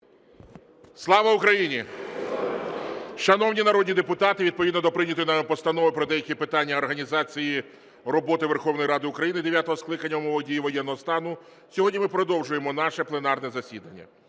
Слава Україні! Шановні народні депутати, відповідно до прийнятої нами Постанови "Про деякі питання організації роботи Верховної Ради України дев'ятого скликання в умовах дії воєнного стану" сьогодні ми продовжуємо наше пленарне засідання.